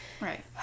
Right